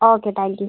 okay thank you